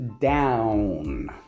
down